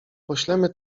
poślemy